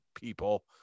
People